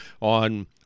on